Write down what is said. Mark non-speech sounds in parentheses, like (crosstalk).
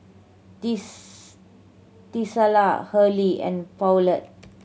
(unintelligible) Tesla Hurley and Poulet